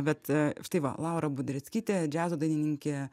bet štai va laura budreckytė džiazo dainininkė